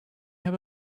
have